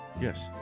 Yes